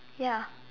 ya